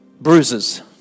bruises